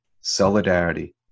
solidarity